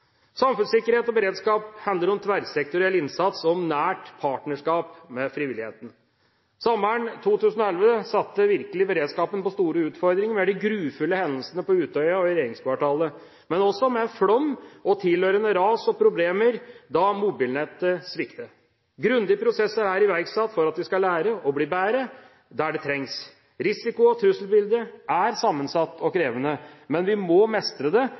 Samfunnssikkerhet og beredskap handler om tverrsektoriell innsats og nært partnerskap med frivilligheten. Sommeren 2011 satte virkelig beredskapen på store utfordringer med de grufulle hendelsene på Utøya og i regjeringskvartalet, men også med flom og tilhørende ras og problemer da mobilnettet sviktet. Grundige prosesser er iverksatt for at vi skal lære og bli bedre der det trengs. Risiko- og trusselbildet er sammensatt og krevende, men vi må mestre det